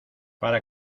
para